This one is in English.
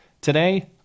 today